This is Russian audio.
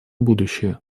будущее